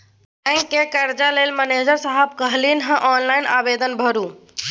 बैंकक कर्जा लेल मनिजर साहेब कहलनि अहॅँ ऑनलाइन आवेदन भरू